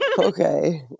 Okay